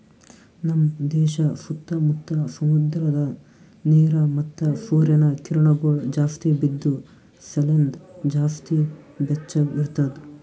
ನಮ್ ದೇಶ ಸುತ್ತಾ ಮುತ್ತಾ ಸಮುದ್ರದ ನೀರ ಮತ್ತ ಸೂರ್ಯನ ಕಿರಣಗೊಳ್ ಜಾಸ್ತಿ ಬಿದ್ದು ಸಲೆಂದ್ ಜಾಸ್ತಿ ಬೆಚ್ಚಗ ಇರ್ತದ